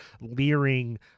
leering